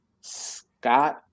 Scott